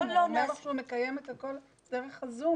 הוא אומר לך שהוא מקיים את הכול דרך ה"זום"